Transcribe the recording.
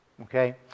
Okay